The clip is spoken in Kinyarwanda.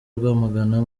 rwamagana